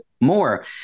more